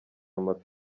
maman